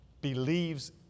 believes